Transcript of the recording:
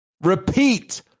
repeat